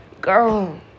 girl